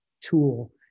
tool